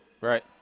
Right